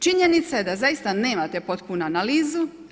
Činjenica je da zaista nemate potpunu analizu.